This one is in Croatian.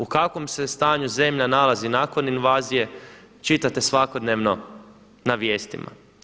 U kakvom se stanju zemlja nalazi nakon invazije čitate svakodnevno na vijestima.